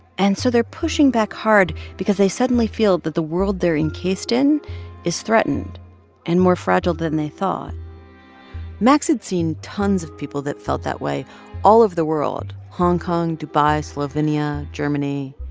and so they're pushing back hard because they suddenly feel that the world they're encased in is threatened and more fragile than they thought max had seen tons of people that felt that way all over the world hong kong, dubai, slovenia, germany.